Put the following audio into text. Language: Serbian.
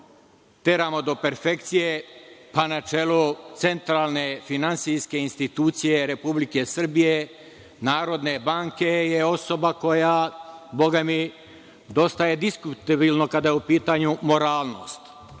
teramo do perfekcije, pa na čelu centralne finansijske institucije Republike Srbije Narodne banke je osoba koja, bogami, dosta je diskutabilno kada je u pitanju moralnost.